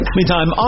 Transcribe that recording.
Meantime